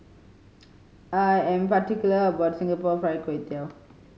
I am particular about Singapore Fried Kway Tiao